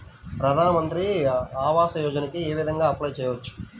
ప్రధాన మంత్రి ఆవాసయోజనకి ఏ విధంగా అప్లే చెయ్యవచ్చు?